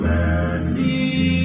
Mercy